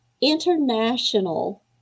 international